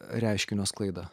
reiškinio sklaidą